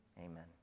Amen